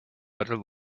better